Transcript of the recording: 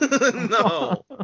no